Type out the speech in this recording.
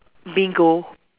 bingo